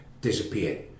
disappeared